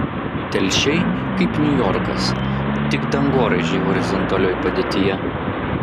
telšiai kaip niujorkas tik dangoraižiai horizontalioj padėtyje